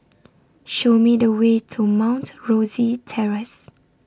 Show Me The Way to Mount Rosie Terrace